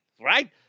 Right